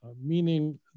meaning